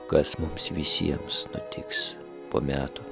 kas mums visiems nutiks po metų